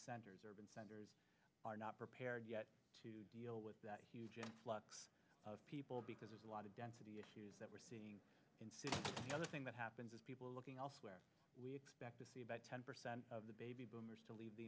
centers urban centers are not prepared to deal with that huge influx of people because a lot of density issues that we're seeing in cities the other thing that happens is people are looking elsewhere we expect to see about ten percent of the baby boomers to leave the